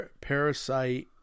Parasite